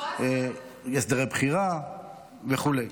הסדרי בחירה וכו'.